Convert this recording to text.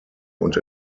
und